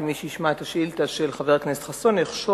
כי מי שישמע את השאילתא של חבר הכנסת חסון יחשוב